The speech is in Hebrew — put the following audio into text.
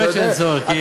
באמת שאין צורך.